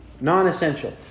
non-essential